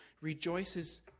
rejoices